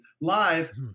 Live